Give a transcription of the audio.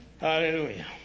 Hallelujah